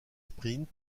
sprint